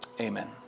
Amen